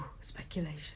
speculation